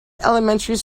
elementary